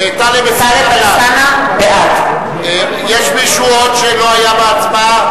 טלב אלסאנע, בעד יש עוד מישהו שלא היה בהצבעה?